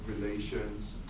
relations